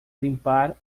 limpar